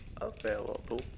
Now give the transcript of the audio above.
available